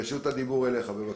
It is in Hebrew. רשות הדיבור אליך, בבקשה.